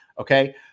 okay